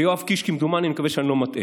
ויואב קיש כמדומני, אני מקווה שאני לא מטעה.